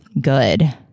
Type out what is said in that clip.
good